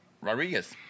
rodriguez